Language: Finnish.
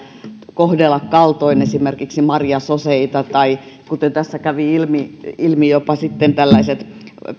kohdella kaltoin esimerkiksi marjasoseita tai jos kuten tässä kävi ilmi ilmi jopa tällaiset